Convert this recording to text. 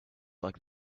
like